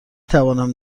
توانم